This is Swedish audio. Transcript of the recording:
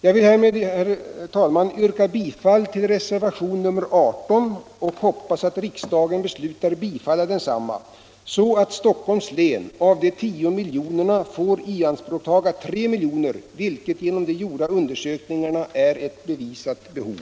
Jag vill härmed, herr talman, yrka bifall till reservationen 18 och hoppas att riksdagen beslutar bifall densamma, så att Stockholms län av de 10 miljonerna får ta i anspråk 3 miljoner, vilket genom de gjorda undersökningarna är ett bevisat behov.